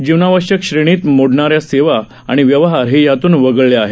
जीवनावश्यक श्रेणीत मोडणाऱ्या सेवा आणि व्यवहार हे यातून वगळले आहेत